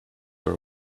are